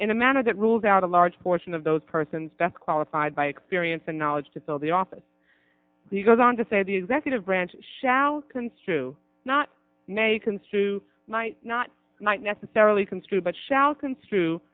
in a manner that rules out a large portion of those persons that qualified by experience and knowledge to fill the office he goes on to say the executive branch shall construe not nathan's to night not necessarily construed but shall construe